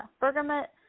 bergamot